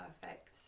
perfect